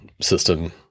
system